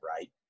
right